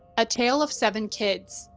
a tale of seven kids,